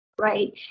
Right